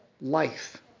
life